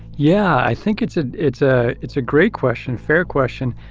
yeah, i think it's ah it's a it's a great question. fair question.